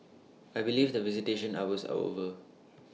I believe the visitation hours are over